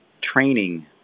training